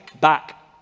back